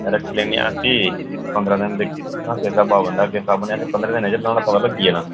रक्खी लैन्ने आं उसी पंदरां दिन दिक्खने आं किस स्हाबा दा बंदा किंस स्हाबा दा नेई असेंगी पंदरें दिनें च नुआढ़ा पता लग्गी जाना